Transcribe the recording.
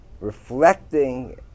reflecting